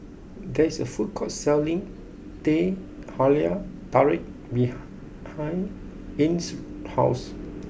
there is a food court selling Teh Halia Tarik behind Ines' house